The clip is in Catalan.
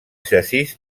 xassís